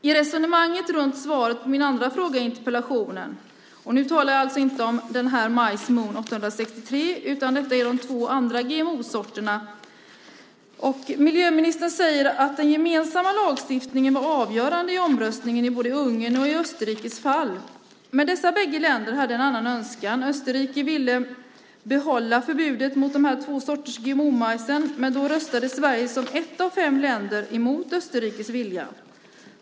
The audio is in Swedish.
I resonemanget runt svaret på min andra fråga i interpellationen - nu talar jag alltså inte om majsen MON 863 utan om de två andra GMO-sorterna - säger miljöministern att den gemensamma lagstiftningen var avgörande i omröstningen i både Ungerns och Österrikes fall. Men dessa båda länder hade en annan önskan. Österrike ville behålla förbudet mot de här två sorterna GMO-majs, men då röstade Sverige som ett av fem länder emot Österrikes vilja.